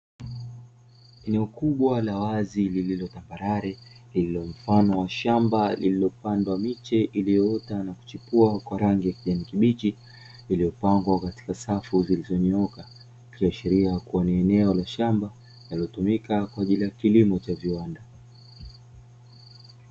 Eneo ukubwa la wazi lililotambalare lililo mfano wa shamba lililopandwa miche iliyoota na kuchukua kwa rangi ya kijani kibichi, iliyopangwa katika safu zilizonyooka, kiashiria kuwa ni eneo la shamba lililotumika kwa ajili ya kilimo cha viwanda.